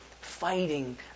fighting